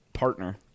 Partner